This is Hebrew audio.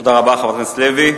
תודה רבה, חברת הכנסת לוי.